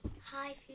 hi